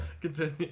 Continue